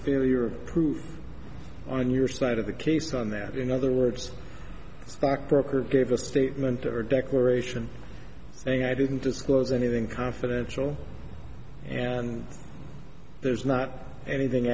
failure of proof on your side of the case on that in other words a stockbroker gave a statement or a declaration saying i didn't disclose anything confidential and there's not anything